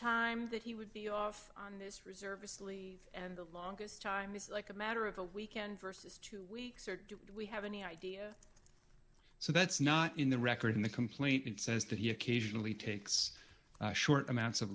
time that he would be off on this reservist lee and the longest time is like a matter of a weekend versus two weeks or do we have any idea so that's not in the record in the complaint it says that he occasionally takes short amounts of